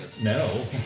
No